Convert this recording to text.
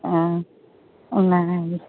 ᱦᱮᱸ ᱚᱱᱟᱜᱮ